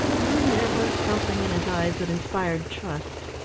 and there was something in his eyes that inspired trust.